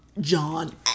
John